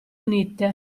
unite